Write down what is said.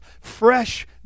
fresh